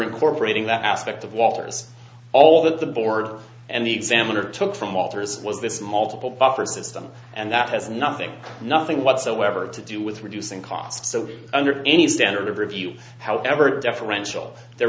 incorporating that aspect of walter's all that the board and the examiner took from authors was this multiple buffer system and that has nothing nothing whatsoever to do with reducing costs so under any standard of review however deferential there